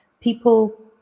people